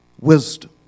wisdom